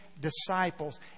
disciples